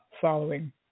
following